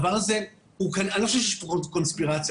אני לא חושב שיש פה קונספירציה,